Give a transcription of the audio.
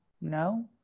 No